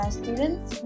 students